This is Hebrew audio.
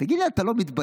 תגיד לי, אתה לא מתבייש?